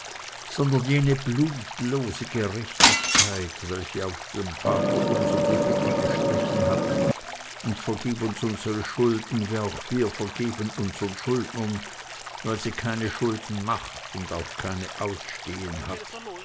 sondern jene blutlose gerechtigkeit welche aus dem vaterunser die bitte gestrichen hat und vergib uns unsere schulden wie auch wir vergeben unsern schuldnern weil sie keine schulden macht und auch keine ausstehen hat